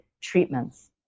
treatments